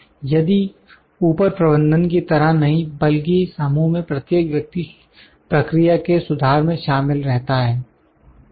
यदि ऊपरी प्रबंधन की तरह नहीं बल्कि समूह में प्रत्येक व्यक्ति प्रक्रिया के सुधार में शामिल रहता है